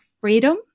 freedom